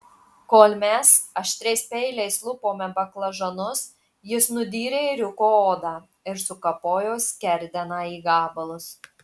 kol mes aštriais peiliais lupome baklažanus jis nudyrė ėriuko odą ir sukapojo skerdeną į gabalus